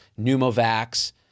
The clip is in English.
pneumovax